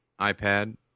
iPad